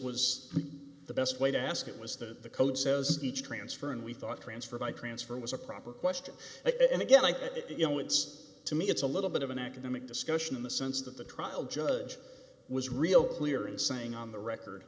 was the best way to ask it was that the code says the transfer and we thought transfer by transfer was a proper question and again like that you know it's to me it's a little bit of an academic discussion in the sense that the trial judge was real clear in saying on the record